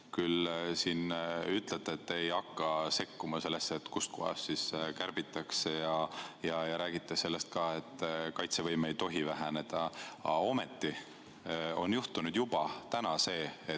Küll te siin ütlete, et te ei hakka sekkuma sellesse, kust kohast kärbitakse, ja räägite sellest, et kaitsevõime ei tohi väheneda. Ometi on juhtunud juba see,